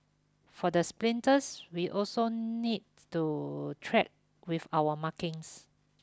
for the sprinters we also needs to track with our markings